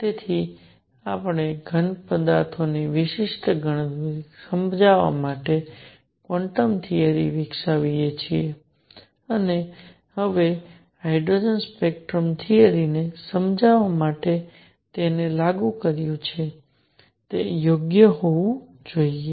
તેથી આપણે ઘનપદાર્થોની વિશિષ્ટ ગરમી સમજાવવા માટે ક્વોન્ટમ થિયરી વિકસાવીએ છીએ અને હવે હાઇડ્રોજન સ્પેક્ટ્રમ થિયરી ને સમજાવવા માટે તેને લાગુ કર્યું છે તે યોગ્ય હોવું જોઈએ